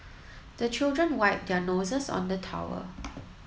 the children wipe their noses on the towel